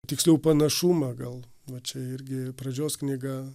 tiksliau panašumą gal va čia irgi pradžios knyga